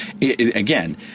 again